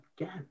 again